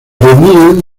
reunían